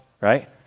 right